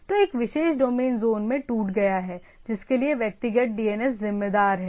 तो एक विशेष डोमेन ज़ोन में टूट गया है जिसके लिए व्यक्तिगत DNS सर्वर जिम्मेदार हैं